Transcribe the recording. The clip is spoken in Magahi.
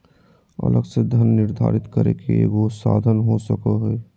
अलग से धन निर्धारित करे के एगो साधन हो सको हइ